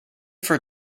for